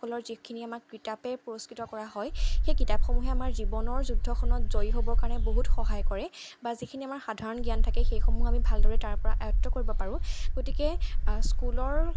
সকলৰ যিখিনি আমাক কিতাপে পুৰস্কৃত কৰা হয় সেই কিতাপসমূহে আমাৰ জীৱনৰ যুদ্ধখনত জয়ী হ'বৰ কাৰণে বহুত সহায় কৰে বা যিখিনি আমাৰ সাধাৰণ জ্ঞান থাকে সেইসমূহ আমি ভালদৰে তাৰপৰা আয়ত্ব কৰিব পাৰোঁ গতিকে স্কুলৰ